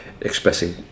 expressing